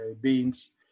beans